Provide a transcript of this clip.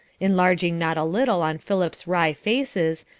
enlarging not a little on philip's wry faces,